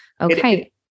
okay